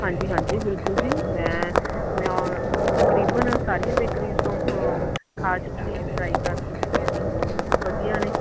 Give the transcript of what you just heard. ਹਾਂਜੀ ਹਾਂਜੀ ਬਿਲਕੁਲ ਜੀ ਮੈਂ ਮੈਂ ਤਕਰੀਬਨ ਸਾਰੀਆਂ ਬੇਕਰੀਜ ਤੋਂ ਉਹ ਖਾ ਚੁੱਕੀ ਹਾਂ ਟਰਾਈ ਕਰ ਚੁੱਕੀ ਹਾਂ ਅਤੇ ਵਧੀਆ ਨੇ